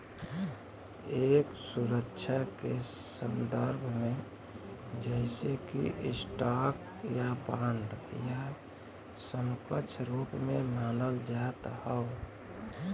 एक सुरक्षा के संदर्भ में जइसे कि स्टॉक या बांड या समकक्ष रूप में मानल जात हौ